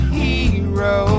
hero